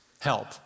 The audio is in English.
help